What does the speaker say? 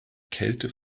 kälte